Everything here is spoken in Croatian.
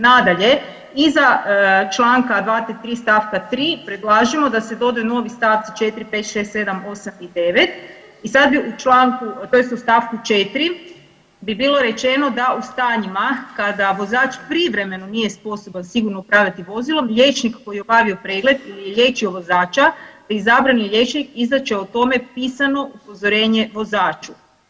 Nadalje, iza Članka 233. stavka 3. predlažemo da se dodaju novi stavci 4., 5., 6., 7., 8. i 9. i sad bi u članku tj. u stavku 4. bi bilo rečeno da u stanjima kada vozač privremeno nije sposoban sigurno upravljati vozilom, liječnik koji je obavio pregled ili liječio vozača bi izabrani liječnik izdat će o tome pisano upozorenje vozaču.